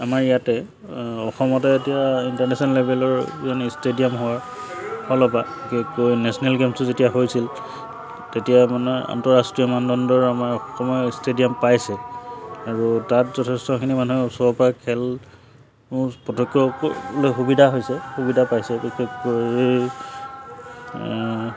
আমাৰ ইয়াতে অসমতে এতিয়া ইণ্টাৰনেশ্যনেল লেভেলৰ যেন ষ্টেডিয়াম হোৱাৰ বিশেষকৈ নেশ্যনেল গেমছো যেতিয়া হৈছিল তেতিয়া আপোনাৰ আন্তঃৰাষ্ট্ৰীয় মানদণ্ডৰ আমাৰ অসমৰ ষ্টেডিয়াম পাইছে আৰু তাত যথেষ্টখিনি মানুহে ওচৰৰ পৰা খেল প্ৰত্যক্ষ কৰিবলৈ সুবিধা হৈছে সুবিধা পাইছে বিশেষকৈ